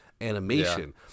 animation